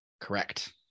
Correct